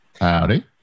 Howdy